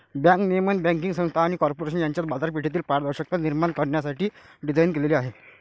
bank नियमन banking संस्था आणि कॉर्पोरेशन यांच्यात बाजारपेठेतील पारदर्शकता निर्माण करण्यासाठी डिझाइन केलेले आहे